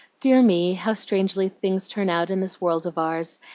dear me! how strangely things turn out in this world of ours,